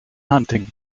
hunting